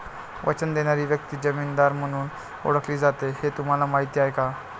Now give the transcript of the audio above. वचन देणारी व्यक्ती जामीनदार म्हणून ओळखली जाते हे तुम्हाला माहीत आहे का?